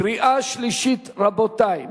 קריאה שלישית, רבותי.